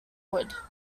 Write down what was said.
wood